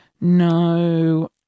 no